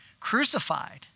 crucified